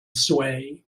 sway